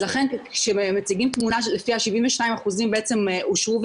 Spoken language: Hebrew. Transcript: לכן כשמציגים תמונה שלפיה 72% אושרו,